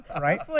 Right